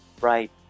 right